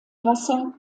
wasser